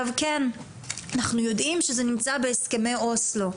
אנחנו יודעים שזה נמצא בהסכמי אוסלו,